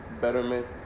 betterment